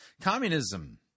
Communism